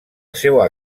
seua